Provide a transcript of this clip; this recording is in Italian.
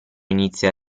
inizia